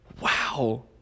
Wow